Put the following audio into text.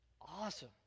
awesome